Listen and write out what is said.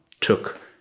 took